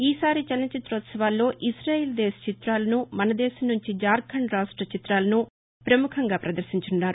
ఈసారి చలన చిత్రోత్సవాల్లో ఇజాయిల్ దేశ చిత్రాలను మన దేశం నుంచి ఝార్ఘండ్ రాష్ట చిత్రాలను ప్రముఖంగా ప్రదర్భించనున్నారు